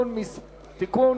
(תיקון),